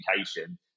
education